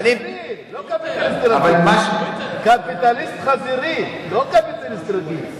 אבל אם, קפיטליסט חזירי, לא קפיטליסט רגיל.